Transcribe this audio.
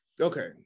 Okay